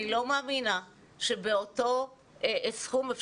אני לא מאמינה שבאותו סכום,